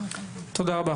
תודה רבה.